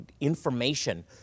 information